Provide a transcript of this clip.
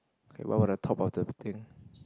okay what about the top of the thing